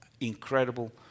incredible